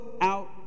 out